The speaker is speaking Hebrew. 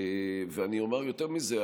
יותר מזה,